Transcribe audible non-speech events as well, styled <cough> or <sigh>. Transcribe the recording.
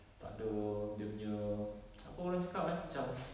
tak ada dia punya <noise> apa orang cakap eh macam